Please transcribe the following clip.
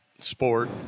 sport